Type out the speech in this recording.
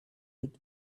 lit